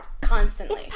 constantly